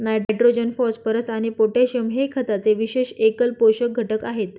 nitrogen, phosphorus आणि potassium हे खताचे विशेष एकल पोषक घटक आहेत